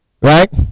Right